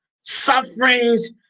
sufferings